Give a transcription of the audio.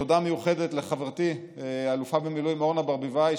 תודה מיוחדת לחברתי האלופה במילואים אורנה ברביבאי,